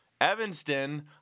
Evanston